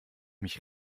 mich